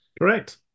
Correct